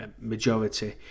majority